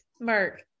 Mark